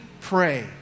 pray